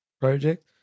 project